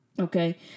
Okay